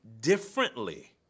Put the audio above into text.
differently